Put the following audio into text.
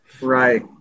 Right